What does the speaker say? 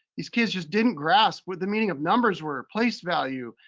these kids just didn't grasp what the meaning of numbers were, place value,